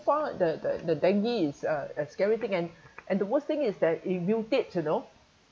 far the the the dengue is uh a scary thing and and the worst thing is that it mutate you know